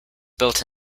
built